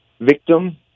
victim